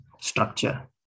structure